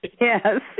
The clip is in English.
Yes